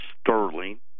sterling